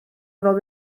fel